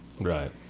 Right